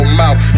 mouth